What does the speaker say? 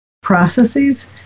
processes